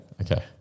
Okay